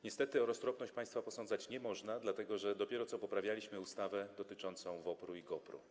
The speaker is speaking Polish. Niestety o roztropność państwa posądzać nie można, dlatego że dopiero co poprawialiśmy ustawę dotyczącą WOPR-u i GOPR-u.